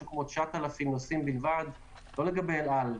כ-9,000 נוסעים בלבד לא לגבי אל על.